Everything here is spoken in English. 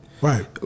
Right